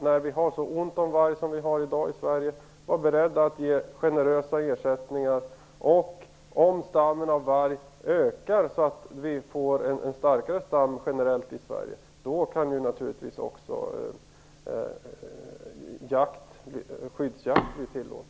När vi har så ont om varg i Sverige i dag måste vi vara beredda att ge generösa ersättningar. Om stammen av varg ökar och vi får en starkare stam generellt i Sverige kan naturligtvis även skyddsjakt bli tillåten.